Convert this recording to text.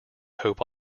hope